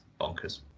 bonkers